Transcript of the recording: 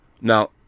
Now